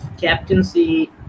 captaincy